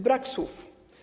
Brak słów.